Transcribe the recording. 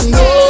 no